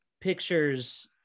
pictures